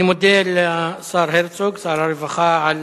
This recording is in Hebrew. אני מודה לשר הרצוג, שר הרווחה, על